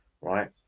right